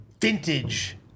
vintage